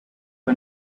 for